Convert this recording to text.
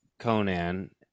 Conan